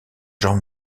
genre